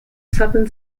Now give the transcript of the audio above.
southern